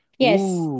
yes